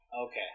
Okay